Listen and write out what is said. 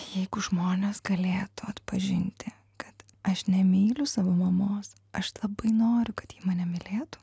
jeigu žmonės galėtų atpažinti kad aš nemyliu savo mamos aš labai noriu kad ji mane mylėtų